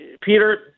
Peter